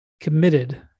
committed